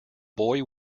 boy